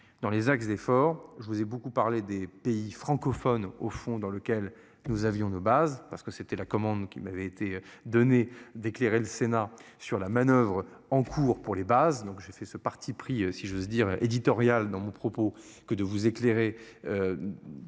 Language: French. dans les axes d'effort je vous ai beaucoup parlé des pays francophones, au fond, dans lequel nous avions deux bases parce que c'était la commande qui m'avait été donné d'éclairer le Sénat sur la manoeuvre en cours pour les bases. Donc j'ai fait ce parti pris, si j'ose dire. Éditorial dans mon propos que de vous éclairer.